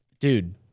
Dude